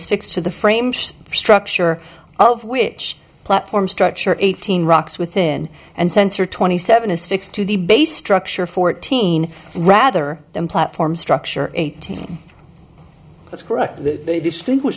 fixed to the frame structure of which platform structure eighteen rocks within and sensor twenty seven is fixed to the base structure fourteen rather than platform structure eighteen